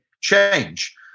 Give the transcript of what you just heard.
change